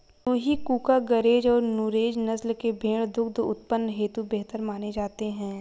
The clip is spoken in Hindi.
लूही, कूका, गरेज और नुरेज नस्ल के भेंड़ दुग्ध उत्पादन हेतु बेहतर माने जाते हैं